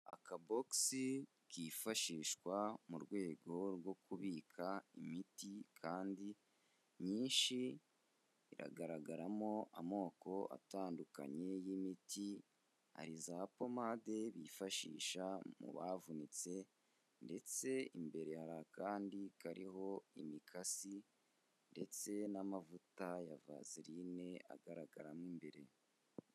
Akabogisi kifashishwa mu rwego rwo kubika imiti kandi myinshi, iragaragaramo amoko atandukanye y'imiti, hari za pomade bifashisha mu bavunitse ndetse imbere hari akandi kariho imikasi ndetse n'amavuta ya vazeline agaragara mo imbere.